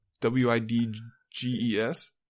W-I-D-G-E-S